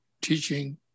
teaching